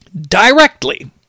directly